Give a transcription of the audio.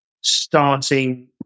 starting